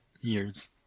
years